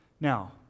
Now